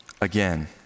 again